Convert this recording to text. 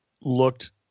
looked